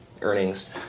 earnings